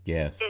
Yes